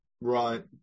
Right